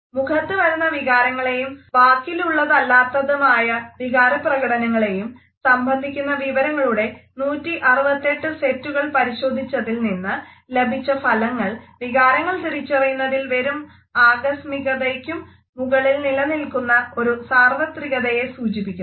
" മുഖത്തു വരുന്ന വികാരങ്ങളെയും വാക്കലുള്ളതല്ലാത്തതായ വികാരപ്രകടനങ്ങളെയും സംബന്ധിക്കുന്ന വിവരങ്ങളുടെ 168 സെറ്റുകൾ പരിശോധിച്ചതിൽ നിന്ന് ലഭിച്ച ഫലങ്ങൾ വികാരങ്ങൾ തിരിച്ചറിയുന്നതിൽ വെറും ആകസ്മികതയ്ക്കും മുകളിൽ നിലനിൽക്കുന്ന ഒരു സാർവത്രികതയെ സൂചിപ്പിക്കുന്നു